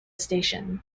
station